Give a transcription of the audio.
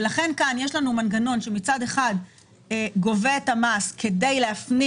לכן כאן יש לנו מנגנון שמצד אחד גובה את המס כדי להפנים